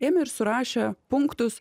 ėmė ir surašė punktus